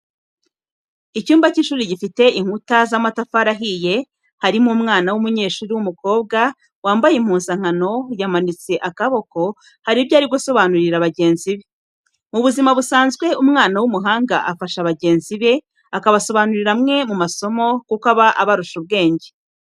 Icyumba cy'ishuri gifite inkuta z'amatafari ahiye, harimo umwana w'umunyeshuri w'umukobwa, wambaye impuzankano, yamanitse akaboko hari ibyo ari gusobanurira bagenzi be. Mu buzima busanzwe umwana w'umuhanga afasha bagenzi be, akabasobanurira amwe mu masomo kuko aba abarusha ubwenge.